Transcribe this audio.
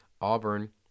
Auburn